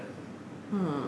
ah